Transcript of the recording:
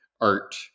art